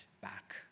back